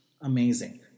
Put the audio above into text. amazing